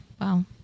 Wow